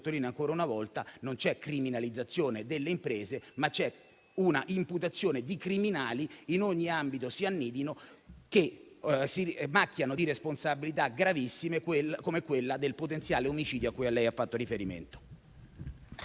ancora una volta che c'è non una criminalizzazione delle imprese, ma la volontà di stanare i criminali in ogni ambito si annidino, che si macchiano di responsabilità gravissime come quella del potenziale omicidio a cui lei ha fatto riferimento.